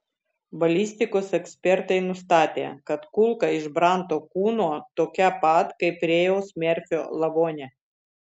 balistikos ekspertai nustatė kad kulka iš branto kūno tokia pat kaip rėjaus merfio lavone